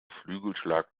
flügelschlag